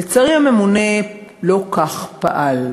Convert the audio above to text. לצערי, הממונה לא כך פעל.